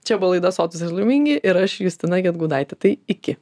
čia buvo laida sotūs laimingi ir aš justina gedgaudaitė tai iki